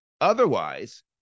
Otherwise